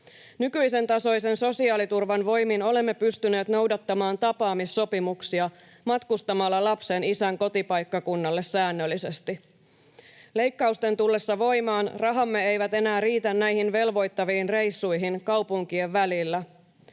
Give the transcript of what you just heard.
Nykyisen tasoisen sosiaaliturvan voimin olemme pystyneet noudattamaan tapaamissopimuksia matkustamalla lapsen isän kotipaikkakunnalle säännöllisesti. Leikkausten tullessa voimaan rahamme eivät enää riitä näihin velvoittaviin reissuihin kaupunkien välillä.